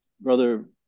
Brother